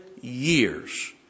years